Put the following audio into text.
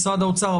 משרד האוצר,